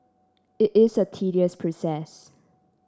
it is a tedious process